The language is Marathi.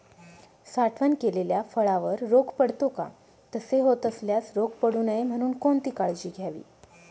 साठवण केलेल्या फळावर रोग पडतो का? तसे होत असल्यास रोग पडू नये म्हणून कोणती काळजी घ्यावी?